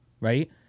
right